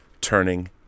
turning